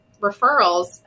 referrals